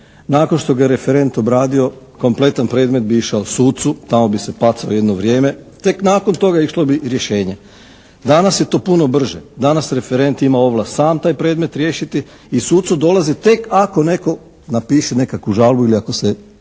Nakon što ga je referent obradio, kompletan predmet bi išao sucu, tamo bi se pacao jedno vrijeme, tek nakon toga išlo bi rješenje. Danas je to puno brže. Danas referent ima ovlast sam taj predmet riješiti i sucu dolazi tek ako netko napiše nekakvu žalbu ili ako smatra